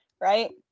right